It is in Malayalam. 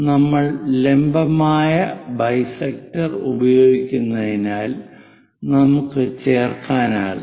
നമ്മൾ ലംബമായ ബൈസെക്ടർ ഉപയോഗിക്കുന്നതിനാൽ നമുക്ക് ചേർക്കാനാകും